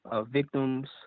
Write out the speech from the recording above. victims